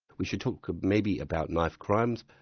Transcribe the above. we should talk maybe about knife crimes,